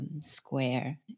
square